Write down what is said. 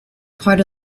part